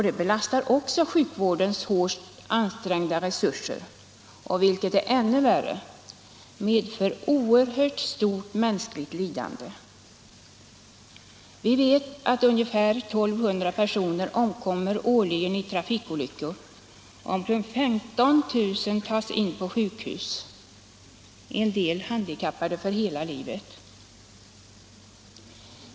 De belastar sjukvårdens hårt ansträngda resurser och, vilket är ännu värre, medför oerhört stort mänskligt lidande. Vi vet att ungefär 1 200 personer årligen omkommer i trafikolyckor. Omkring 15 000 tas in på sjukhus — en del handikappade för hela livet.